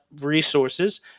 resources